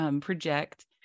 project